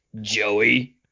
Joey